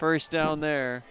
first down there